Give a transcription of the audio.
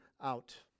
out